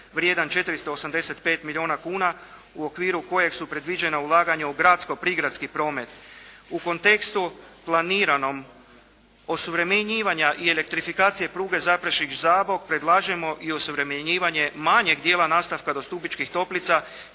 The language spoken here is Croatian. vrijedan 485 milijuna kuna u okviru kojeg su predviđena ulaganja u gradsko-prigradski promet u kontekstu planiranom osuvremenjivanja i elektrifikacije pruge Zaprešić-Zabok predlažemo i osuvremenjivanje manjeg dijela nastavka do Stubičkih Toplica